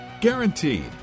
Guaranteed